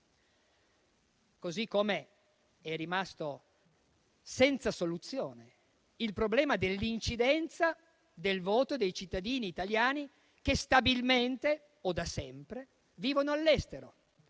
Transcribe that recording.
Così com'è rimasto senza soluzione il problema dell'incidenza del voto dei cittadini italiani che stabilmente, o da sempre, vivono all'estero,